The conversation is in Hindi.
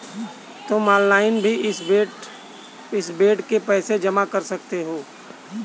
तुम ऑनलाइन भी इस बेड के पैसे जमा कर सकते हो